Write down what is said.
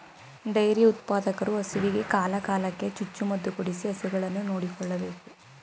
dairy ಉತ್ಪಾದಕರು ಹಸುವಿಗೆ ಕಾಲ ಕಾಲಕ್ಕೆ ಚುಚ್ಚು ಮದುಕೊಡಿಸಿ ಹಸುಗಳನ್ನು ನೋಡಿಕೊಳ್ಳಬೇಕು